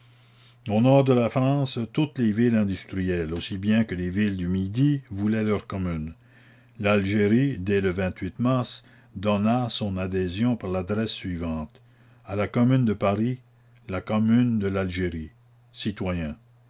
au nord de la france toutes les villes industrielles aussi bien que les villes du midi voulaient leur commune l'algérie dès le mars donna son adhésion par l'adresse suivante a la commune de paris la commune de l'algérie citoyens